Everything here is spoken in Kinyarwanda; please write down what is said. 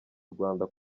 urwanda